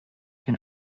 can